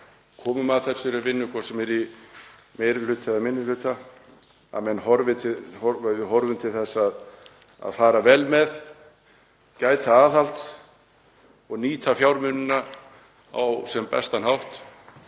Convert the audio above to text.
komum að þessari vinnu, hvort sem er í meiri hluta eða minni hluta, horfum til þess að fara vel með, gæta aðhalds og nýta fjármunina á sem bestan hátt,